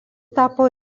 tapo